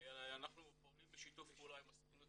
אנחנו פועלים בשיתוף פעולה עם הסוכנות